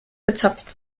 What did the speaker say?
gezapft